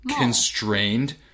constrained